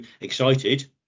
excited